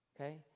okay